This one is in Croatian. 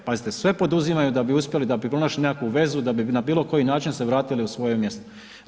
Pazite, sve poduzimaju da bi uspjeli da bi pronašli neku vezu, da bi na bilo koji način se vratili u svoje mjesto.